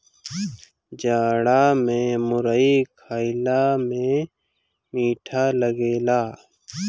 जाड़ा में मुरई खईला में मीठ लागेला